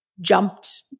jumped